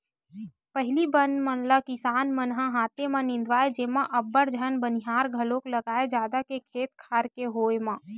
पहिली बन मन ल किसान मन ह हाथे म निंदवाए जेमा अब्बड़ झन बनिहार घलोक लागय जादा के खेत खार के होय म